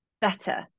better